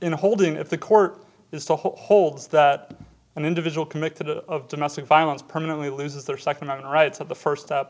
in a holding if the court is to hold that an individual convicted of domestic violence permanently loses their second the rights of the first step